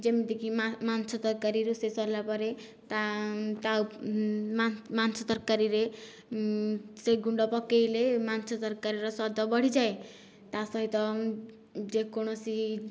ଯେମିତିକି ମାଂସ ତରକାରୀ ରୋଷେଇ ସରିଲା ପରେ ତା ମାଂସ ତରକାରୀରେ ସେ ଗୁଣ୍ଡ ପକାଇଲେ ମାଂସ ତରକାରୀର ସ୍ୱାଦ ବଢ଼ିଯାଏ ତା ସହିତ ଯେକୌଣସି